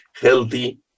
healthy